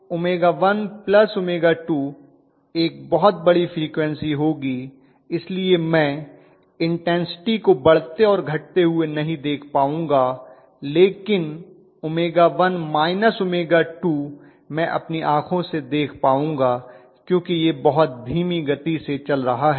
तो 𝜔1𝜔2 एक बहुत बड़ी फ्रीक्वन्सी होगी इसलिए मैं इन्टेन्सिटी को बढ़ते और घटते हुए नहीं देख पाऊंगा लेकिन 𝜔1 −𝜔2 मैं अपनी आंखों से देख पाऊंगा क्योंकि यह बहुत धीमी गति से चल रहा है